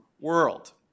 world